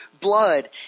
blood